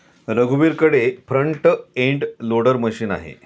रघुवीरकडे front end loader machine आहे